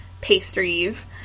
pastries